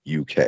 UK